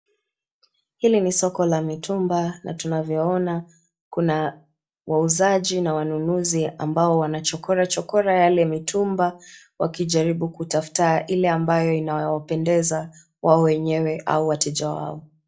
Hili ni solo la mitumba na tunavyoona kuna wauzaji na wanunuzi ambao wanachokorachokora yale mitumba wakijaribu kutafuta Ile ambayo inayowapendeza wao wenyewe au wateja wao .